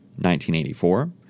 1984